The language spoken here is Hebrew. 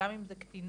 גם אם זה קטינות,